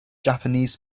japanese